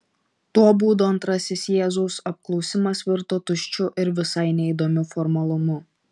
tuo būdu antrasis jėzaus apklausimas virto tuščiu ir visai neįdomiu formalumu